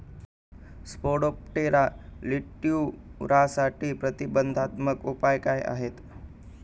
Spodoptera लिट्युरासाठीचे प्रतिबंधात्मक उपाय काय आहेत?